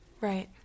Right